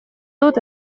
dut